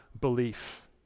belief